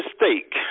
mistake